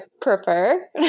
prefer